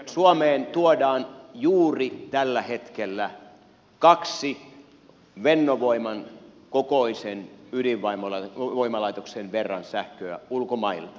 suomeen tuodaan juuri tällä hetkellä kahden fennovoiman kokoisen ydinvoimalaitoksen verran sähköä ulkomailta